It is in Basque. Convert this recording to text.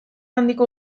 handiko